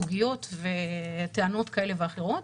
סוגיות וטענות כאלה ואחרות,